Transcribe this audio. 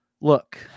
Look